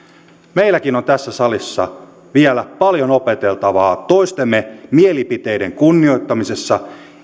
meilläkin on tässä salissa vielä paljon opeteltavaa toistemme mielipiteiden kunnioittamisessa